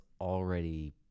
already